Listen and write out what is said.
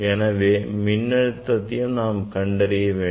எனவே மின் அழுத்தத்தையும் நாம் கண்டறிய வேண்டும்